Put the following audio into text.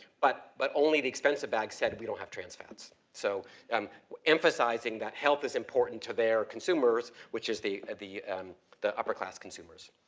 but, but only the expensive bags said, we don't have trans fats. so um emphasizing that health is important to their consumers consumers which is the, the the upper class consumers.